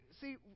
see